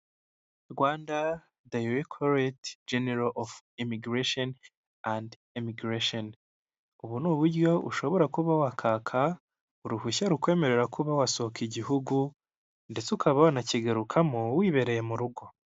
Rwanda dayirekireti genero ovu imigirashoni andi emigirashoni. Ubu ni uburyo ushobora kuba wakaka uruhushya rukwemerera kuba wasohoka igihugu, ndetse ukaba wanakigarukamo wibereye mu rugo.